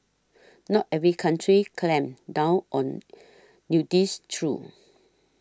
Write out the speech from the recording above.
not every country clamps down on nudists true